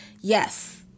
yes